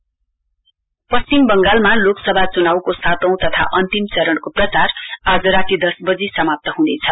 West Bengal पश्चिम बंगालमा लोकसभा चुनाउको सातौं तथा अन्तिम चरण प्रचार आज राती दस बजी समाप्त हुनेछ